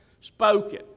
spoken